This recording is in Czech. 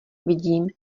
vidím